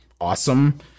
awesome